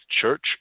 Church